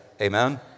amen